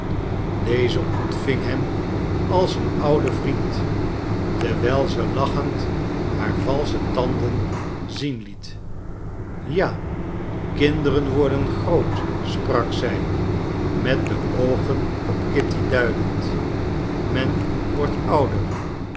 deze ontving hem als een oud vriend terwijl ze lachend haar valsche tanden zien liet ja kinderen worden groot sprak zij met de oogen op kitty duidend men wordt ouder